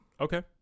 Okay